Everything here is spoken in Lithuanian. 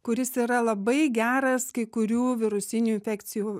kuris yra labai geras kai kurių virusinių infekcijų